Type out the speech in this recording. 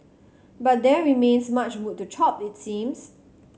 but there remains much wood to chop it seems